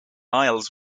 aisles